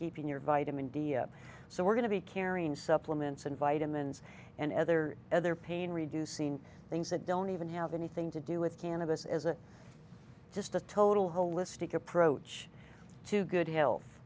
keeping your vitamin d so we're going to be carrying supplements and vitamins and other other pain reducing things that don't even have anything to do with cannabis as a just a total holistic approach to good